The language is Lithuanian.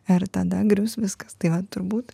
ir tada grius viskas tai va turbūt